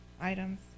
items